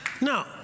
Now